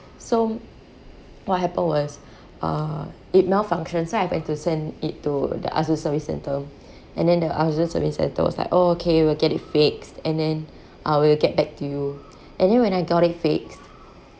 so what happened was uh it malfunctioned so I have like to send it to the asus service center and then the asus service center was like oh okay we'll get it fixed and then uh we'll get back to you and then when I got it fixed